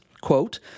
Quote